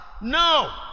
No